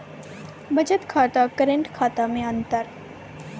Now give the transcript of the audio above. बचत खाता करेंट खाता मे अंतर?